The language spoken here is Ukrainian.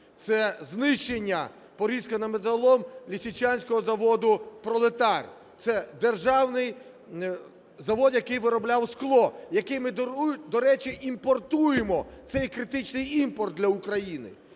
Це знищення порізкою на металолом Лисичанського заводу "Пролетар". Це державний завод, який виробляв скло, яке ми, до речі, імпортуємо цей критичний імпорт для України.